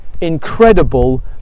incredible